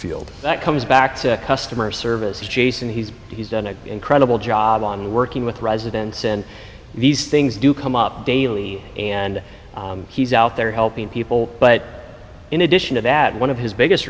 field that comes back to customer service jason he's he's done an incredible job on working with residents in these things do come up daily and he's out there helping people but in addition to that one of his biggest